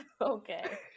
Okay